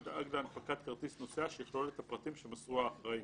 ידאג להנפקת כרטיס נוסע שיכלול את הפרטים שמסרו האחראים.